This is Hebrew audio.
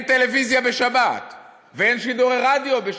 טלוויזיה בשבת ואין שידורי רדיו בשבת.